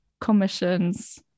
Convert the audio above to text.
commissions